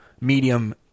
medium